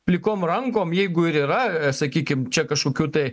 plikom rankom jeigu ir yra sakykim čia kažkokių tai